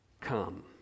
Come